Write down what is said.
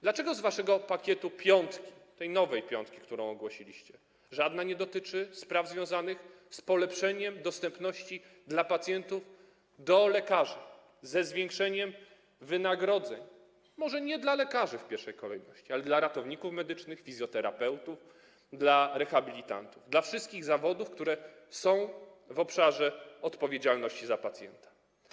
Dlaczego z waszego pakietu, piątki, tej nowej piątki, którą ogłosiliście, żadna z propozycji nie dotyczy spraw związanych z polepszeniem dostępu pacjentów do lekarzy, ze zwiększeniem wynagrodzeń, może nie dla lekarzy w pierwszej kolejności, ale dla ratowników medycznych, fizjoterapeutów, rehabilitantów, wszystkich zawodów, które są w obszarze odpowiedzialności za pacjenta?